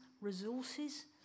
resources